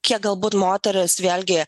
kiek galbūt moteris vėlgi